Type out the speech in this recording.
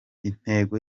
intego